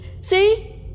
See